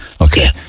okay